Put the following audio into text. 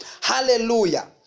Hallelujah